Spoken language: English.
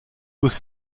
was